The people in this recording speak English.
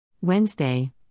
Wednesday